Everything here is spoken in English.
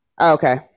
Okay